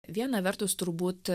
viena vertus turbūt